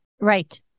Right